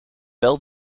wel